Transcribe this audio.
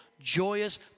joyous